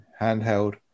handheld